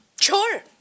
Sure